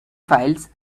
files